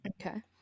Okay